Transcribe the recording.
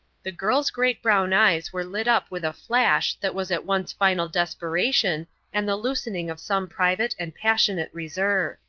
the girl's great brown eyes were lit up with a flash that was at once final desperation and the loosening of some private and passionate reserve.